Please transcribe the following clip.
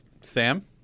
sam